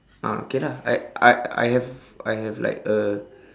ah okay lah I I I have I have like a